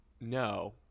No